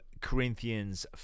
Corinthians